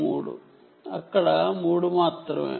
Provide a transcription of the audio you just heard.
అక్కడ 3 మాత్రమే